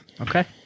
Okay